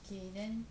okay then